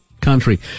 country